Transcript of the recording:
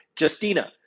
Justina